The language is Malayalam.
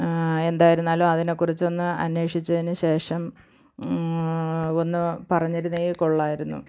എന്തായിരുന്നാലും അതിനെ കുറിച്ചൊന്ന് അന്വേഷിച്ചതിന് ശേഷം ഒന്ന് പറഞ്ഞിരുന്നെങ്കിൽ കൊള്ളാമായിരുന്നു